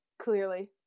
clearly